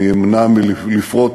אני נמנע מלפרט